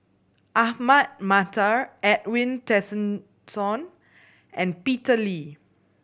Ahmad Mattar Edwin Tessensohn and Peter Lee